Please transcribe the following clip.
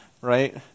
right